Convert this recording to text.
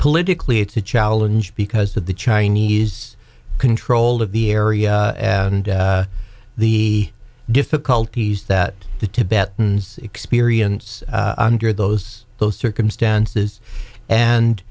politically it's a challenge because of the chinese control of the area and the difficulties that the tibetans experience under those circumstances and